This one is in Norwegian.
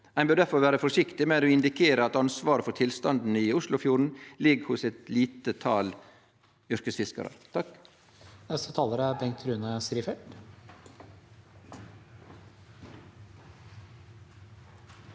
Ein bør difor vere forsiktig med å indikere at ansvaret for tilstanden i Oslofjorden ligg hos eit lite tal yrkesfiskarar.